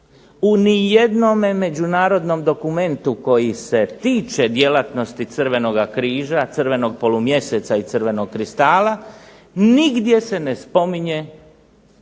u ni jednome međunarodnom dokumentu koji se tiče djelatnosti Crvenoga križa, crvenog polumjeseca i crvenog kristala nigdje se ne spominje